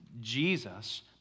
Jesus